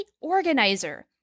organizer